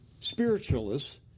spiritualists